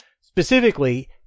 specifically